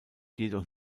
jedoch